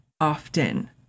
often